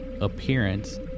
appearance